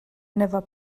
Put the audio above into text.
never